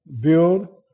build